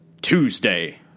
Tuesday